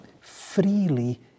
freely